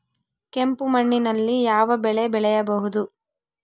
ಕೆಂಪು ಮಣ್ಣಿನಲ್ಲಿ ಯಾವ ಬೆಳೆ ಬೆಳೆಯಬಹುದು?